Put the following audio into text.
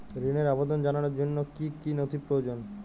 ঋনের আবেদন জানানোর জন্য কী কী নথি প্রয়োজন?